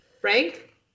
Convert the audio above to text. Frank